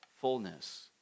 fullness